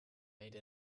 made